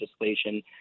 legislation